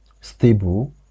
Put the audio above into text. stable